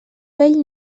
vell